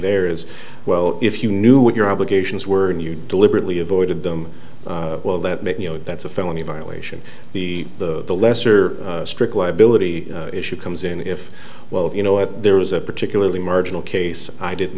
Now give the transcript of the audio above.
there is well if you knew what your obligations were and you deliberately avoided them well that makes you know that's a felony violation the the the lesser strict liability issue comes in if well you know if there was a particularly marginal case i didn't